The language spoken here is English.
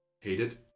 hated